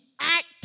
act